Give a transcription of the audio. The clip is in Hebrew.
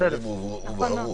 הדברים הובהרו.